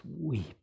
weep